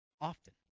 often